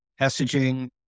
messaging